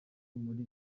muri